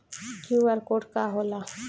QR code का होला?